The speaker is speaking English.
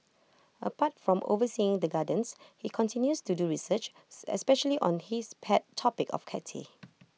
apart from overseeing the gardens he continues to do research especially on his pet topic of cacti